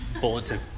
bulletin